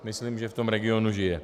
Myslím, že v tom regionu žije.